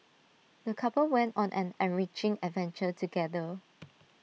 the couple went on an enriching adventure together